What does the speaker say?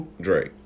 Drake